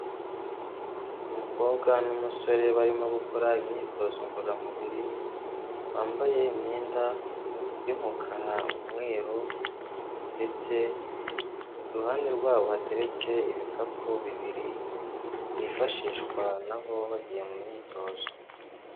Umukobwa n'umusore barimo gukora imyitozo ngororamubiri bambaye imyenda y'umukara n'umweru ndetse iruhande rwabo hateretse ibikapu bibiri bifashishwa nabo bagiye mu myitozo.